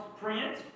print